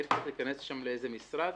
הייתי צריך להיכנס שם לאיזה משרד,